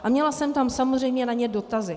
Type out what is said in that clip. A měla jsem tam samozřejmě na ně dotazy.